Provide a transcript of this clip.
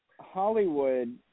Hollywood